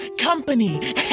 company